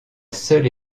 seule